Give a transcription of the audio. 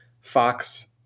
Fox